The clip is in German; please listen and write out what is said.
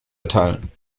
erteilen